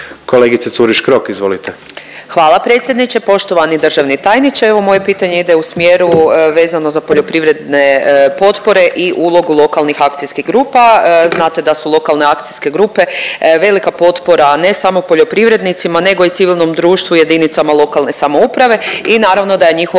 izvolite. **Curiš Krok, Anita (SDP)** Hvala predsjedniče, poštovani državni tajniče, evo, moje pitanje ide u smjeru vezano za poljoprivredne potpore i ulogu lokalnih akcijskih grupa, znate da su lokalne akcijske grupe velika potpora ne samo poljoprivrednicima, nego i civilnom društvu jedinicama lokalne samouprave i naravno da je njihova